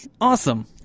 Awesome